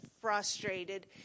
frustrated